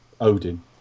Odin